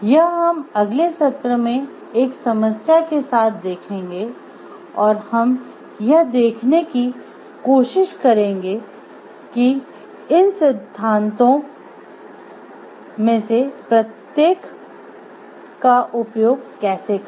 यह हम अगले सत्र में एक समस्या के साथ देखेंगे और हम यह देखने की कोशिश करेंगे कि इन सिद्धांतों में से प्रत्येक का उपयोग कैसे करें